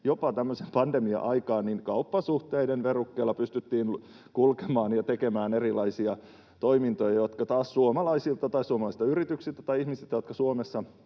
jopa tämmöisen pandemian aikaan. Kauppasuhteiden verukkeella pystyttiin kulkemaan ja tekemään erilaisia toimintoja, jotka taas suomalaisille tai suomalaisille yrityksille tai ihmisille, jotka Singaporessa